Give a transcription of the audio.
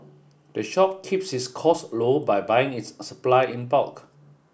the shop keeps its costs low by buying its supply in bulk